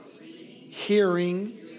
hearing